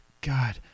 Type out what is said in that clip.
God